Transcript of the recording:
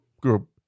group